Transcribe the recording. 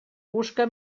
busca